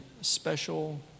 special